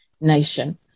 nation